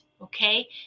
okay